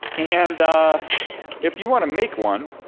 and if you want to make one,